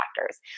factors